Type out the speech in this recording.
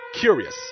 curious